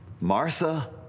Martha